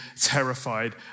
terrified